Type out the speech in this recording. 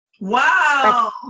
Wow